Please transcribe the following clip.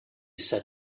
said